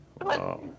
Wow